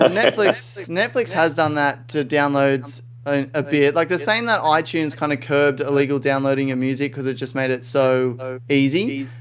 ah netflix netflix has done that to downloads a bit. like the same that ah itunes kind of curved illegal downloading of music because it just made it so easy.